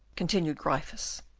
continued gryphus,